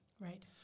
Right